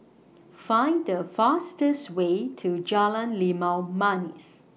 Find The fastest Way to Jalan Limau Manis